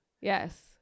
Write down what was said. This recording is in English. Yes